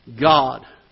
God